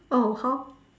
orh how